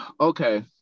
Okay